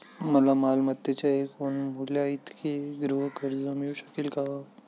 मला मालमत्तेच्या एकूण मूल्याइतके गृहकर्ज मिळू शकेल का?